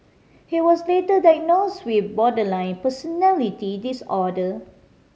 he was later diagnosed with borderline personality disorder